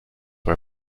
were